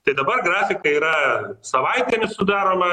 tai dabar grafikai yra savaitėmis sudaroma